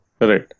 Right